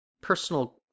personal